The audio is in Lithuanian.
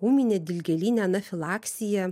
ūminė dilgėlinė anafilaksija